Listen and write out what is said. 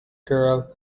girl